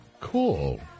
Cool